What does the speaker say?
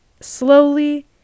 slowly